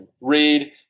Read